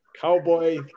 cowboy